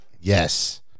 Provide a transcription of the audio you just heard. Yes